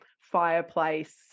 fireplace